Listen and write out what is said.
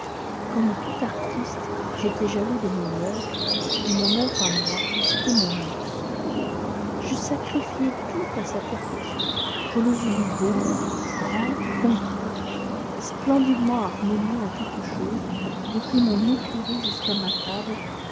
comme tout artiste j'étais jaloux de mon oeuvre et mon oeuvre à moi c'était mon luxe je sacrifiai tout à sa perfection je le voulus beau grand complet splendidement harmonieux en toute chose depuis mon écurie jusqu'à ma table